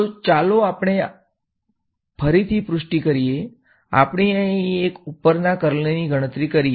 તો ચાલો આપણે આપણે ફરીથી પુષ્ટિ કરીએ ચાલો અહીં એક ઉપરના કર્લની ગણતરી કરીએ